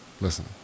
Listen